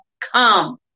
come